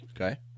Okay